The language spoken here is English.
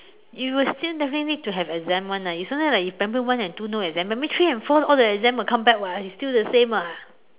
you will still definitely need to have exams [one] lah it's only like primary one and two no exams primary three and four all the exams will come back [what] it's the same [what]